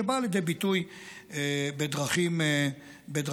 שבאה לידי ביטוי בדרכים שונות.